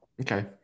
Okay